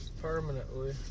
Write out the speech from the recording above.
Permanently